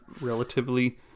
relatively